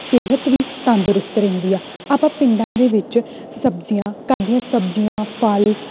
ਸਿਹਤ ਵੀ ਤੰਦਰੁਸਤ ਰਹਿੰਦੀ ਆ ਆਪਾਂ ਪਿੰਡਾਂ ਦੇ ਵਿੱਚ ਸਬਜ਼ੀਆਂ ਤਾਜ਼ੀਆਂ ਸਬਜ਼ੀਆਂ ਫਲ